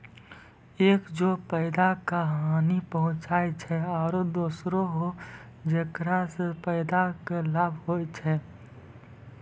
एक जे पौधा का हानि पहुँचाय छै आरो दोसरो हौ जेकरा सॅ पौधा कॅ लाभ होय छै